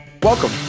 Welcome